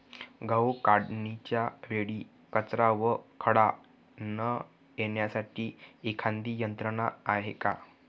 गहू काढणीच्या वेळी कचरा व खडा न येण्यासाठी एखादी यंत्रणा आहे का?